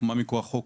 שהוקמה מכוח חוק